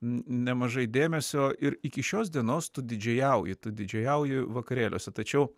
nemažai dėmesio ir iki šios dienos tu didžėjauji tu didžėjauji vakarėliuose tačiau